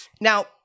Now